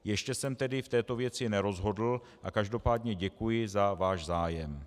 Ještě jsem tedy v této věci nerozhodl a každopádně děkuji za váš zájem.